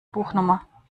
buchnummer